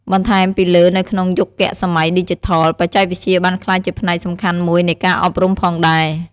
បន្ថែមពីលើនៅក្នុងយុគសម័យឌីជីថល បច្ចេកវិទ្យាបានក្លាយជាផ្នែកសំខាន់មួយនៃការអប់រំផងដែរ។